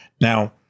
Now